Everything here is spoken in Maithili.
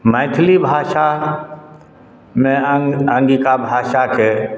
मैथिली भाषामे अङ्गिका भाषाकेँ